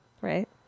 right